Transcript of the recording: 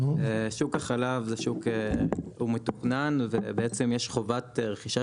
שוק החלק הוא מתוכנן ובעצם יש חובת רכישה